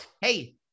hey